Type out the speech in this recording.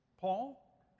Paul